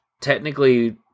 technically